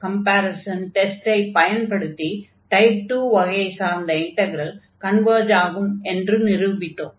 comparison டெஸ்டை பயன்படுத்தி type 2 வகையைச் சார்ந்த இன்டக்ரல் கன்வர்ஜ் ஆகும் என்று நிரூபித்தோம்